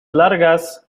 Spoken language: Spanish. largas